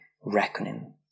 reckoning